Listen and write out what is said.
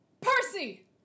Percy